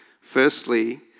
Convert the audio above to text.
Firstly